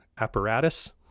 apparatus